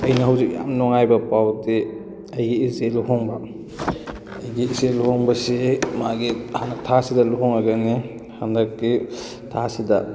ꯑꯩꯅ ꯍꯧꯖꯤꯛ ꯌꯥꯝ ꯅꯨꯡꯉꯥꯏꯕ ꯄꯥꯎꯗꯤ ꯑꯩꯒꯤ ꯏꯆꯦ ꯂꯨꯍꯣꯡꯕ ꯑꯩꯒꯤ ꯏꯆꯦ ꯂꯨꯍꯣꯡꯕꯁꯤ ꯃꯥꯒꯤ ꯍꯟꯗꯛ ꯊꯥꯁꯤꯗ ꯂꯨꯍꯣꯡꯉꯒꯅꯤ ꯍꯟꯗꯛꯀꯤ ꯊꯥꯁꯤꯗ